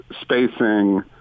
spacing